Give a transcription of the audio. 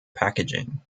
packaging